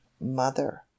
mother